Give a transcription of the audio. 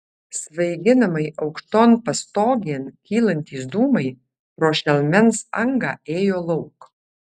svaiginamai aukšton pastogėn kylantys dūmai pro šelmens angą ėjo lauk